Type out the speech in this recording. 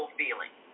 feeling